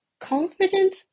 Confidence